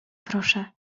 proszę